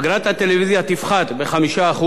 אגרת הטלוויזיה תפחת ב-5%,